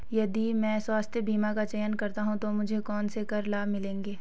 यदि मैं स्वास्थ्य बीमा का चयन करता हूँ तो मुझे कौन से कर लाभ मिलेंगे?